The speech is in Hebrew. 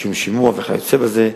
קיום שימוע וכיוצא באלה.